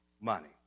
money